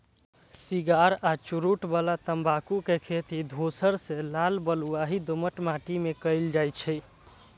cigar आ चुरूट बला तंबाकू के खेती धूसर सं लाल बलुआही दोमट माटि मे कैल जाइ छै